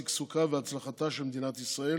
שגשוגה והצלחתה של מדינת ישראל